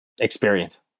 Experience